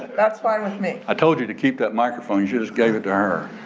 that's fine with me. i told you to keep that microphone. you just gave it to her.